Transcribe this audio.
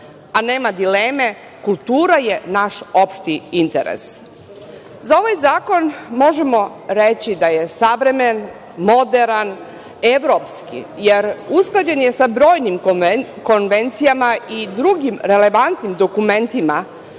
a nema dileme, kultura je naš opšti interes.Za ovaj zakon možemo reći da je savremen, moderan, evropski, jer usklađen je sa brojnim konvencijama i drugim relevantnim dokumentima